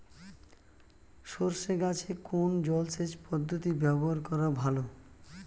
সরষে গাছে কোন জলসেচ পদ্ধতি ব্যবহার করা ভালো?